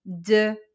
de